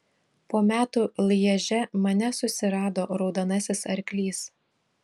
po metų lježe mane susirado raudonasis arklys